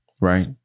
Right